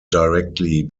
directly